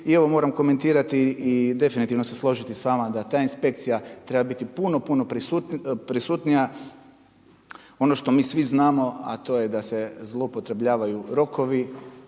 I ovo moram komentirati i definitivno se složiti s vama da ta inspekcija treba biti puno, puno prisutnija. Ono što mi svi znamo, a to je da se zloupotrebljavaju rokovi,